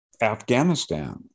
afghanistan